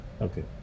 Okay